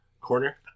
corner